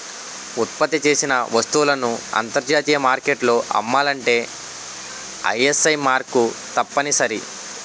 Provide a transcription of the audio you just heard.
ఉత్పత్తి చేసిన వస్తువులను అంతర్జాతీయ మార్కెట్లో అమ్మాలంటే ఐఎస్ఐ మార్కు తప్పనిసరి